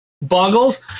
Boggles